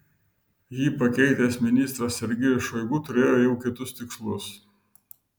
jį pakeitęs ministras sergejus šoigu turėjo jau kitus tikslus